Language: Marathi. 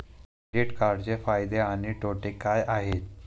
क्रेडिट कार्डचे फायदे आणि तोटे काय आहेत?